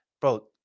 bro